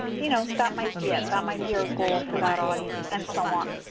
you know, that might be it. that might be our goal for that audience and so on.